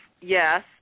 yes